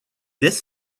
this